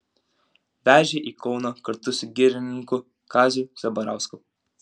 vežė į kauną kartu su girininku kaziu zabarausku